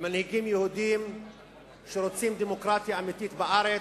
וגם מנהיגים יהודים שרוצים דמוקרטיה אמיתית בארץ,